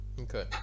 okay